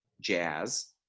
jazz